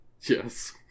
Yes